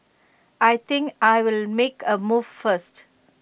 I think I'll make A move first